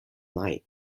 night